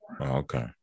Okay